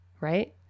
right